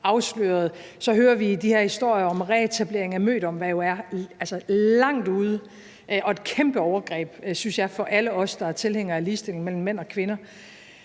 afsløret. Så hører vi de her historier om reetablering af mødomme, hvilket jo er langt ude og er et kæmpe overgreb, synes jeg, for alle os, der er tilhængere af ligestilling mellem mænd og kvinder.